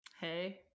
hey